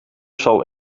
zal